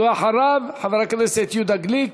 ואחריו, חבר הכנסת יהודה גליק,